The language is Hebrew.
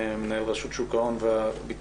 מנהל רשות שוק ההון והביטוח,